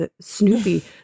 Snoopy